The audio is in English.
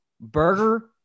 burger